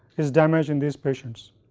is damaged in these patients